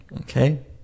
okay